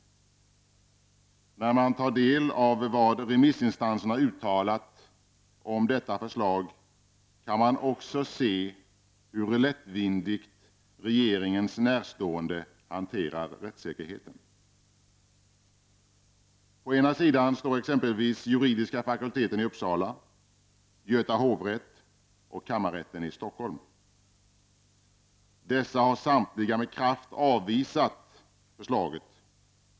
När man tar del av vad remissinstanserna uttalat om detta förslag kan man också se hur lättvindigt regeringens närstående hanterar rättssäkerheten. På ena sidan står exempelvis juridiska fakulteten i Uppsala, Göta hovrätt och kammarrätten i Stockholm. Dessa har samtliga med kraft avvisat förslaget.